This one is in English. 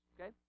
okay